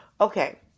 Okay